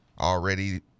already